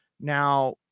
now